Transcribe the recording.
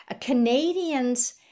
Canadians